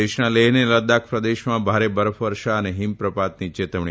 દેશના લેહ ને લદાખ પ્રદેશમાં ભારે બરફ વર્ષા અને હિમપ્રપાતની ચેતવણી